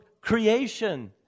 creation